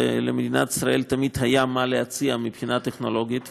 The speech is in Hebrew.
ולמדינת ישראל תמיד היה מה להציע מבחינה טכנולוגית.